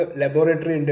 laboratory